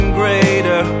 greater